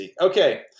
Okay